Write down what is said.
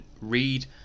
read